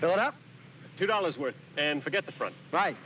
build up two dollars worth and forget the front right